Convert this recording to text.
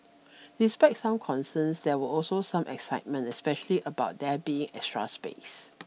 despite some concerns there were also some excitement especially about there being extra space